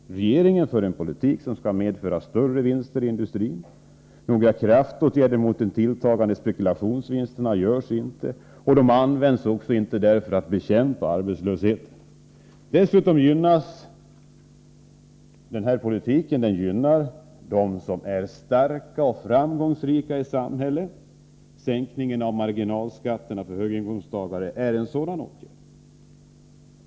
Regeringen för en politik som skall medföra större vinster i industrin. Några kraftåtgärder mot de tilltagande spekulationsvinsterna vidtas inte, och de åtgärder som sätts in syftar inte heller till att bekämpa arbetslösheten. Dessutom gynnar denna politik dem som är starka och framgångsrika i samhället. Sänkningen av marginalskatterna för höginkomsttagarna är en sådan åtgärd.